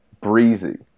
breezy